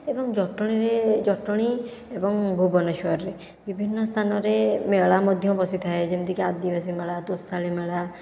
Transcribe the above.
ଏବଂ ଜଟଣୀରେ ଜଟଣୀ ଏବଂ ଭୁବନେଶ୍ୱରରେ ବିଭିନ୍ନ ସ୍ଥାନରେ ମେଳା ମଧ୍ୟ ବସିଥାଏ ଯେମିତିକି ଆଦିବାସୀ ମେଳା ତୋଷାଳି ମେଳା